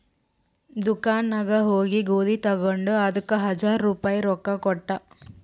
ದುಕಾನ್ ನಾಗ್ ಹೋಗಿ ಗೋದಿ ತಗೊಂಡ ಅದಕ್ ಹಜಾರ್ ರುಪಾಯಿ ರೊಕ್ಕಾ ಕೊಟ್ಟ